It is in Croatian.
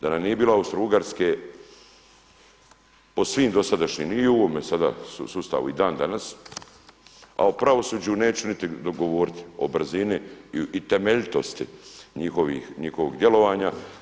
Da nam nije bilo Austrougarske po svim dosadašnjim i u ovome sada sustavu i dan danas, a o pravosuđu neću niti govoriti o brzini i temeljitosti njihovog djelovanja.